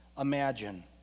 imagine